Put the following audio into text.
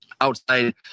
outside